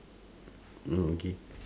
oh okay